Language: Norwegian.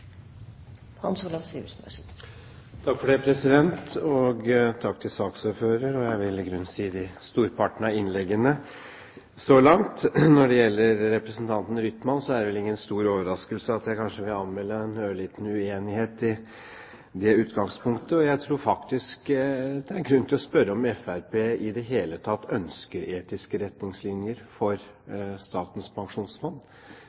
jeg vil i grunnen si – storparten av innleggene så langt. Når det gjelder representanten Rytmans utgangspunkt, er det vel ingen stor overraskelse at jeg kanskje vil anmelde en ørliten uenighet til det. Jeg tror faktisk det er grunn til å spørre om Fremskrittspartiet i det hele tatt ønsker etiske retningslinjer for